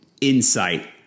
insight